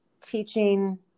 teaching